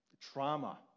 trauma